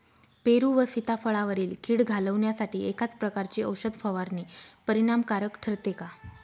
पेरू व सीताफळावरील कीड घालवण्यासाठी एकाच प्रकारची औषध फवारणी परिणामकारक ठरते का?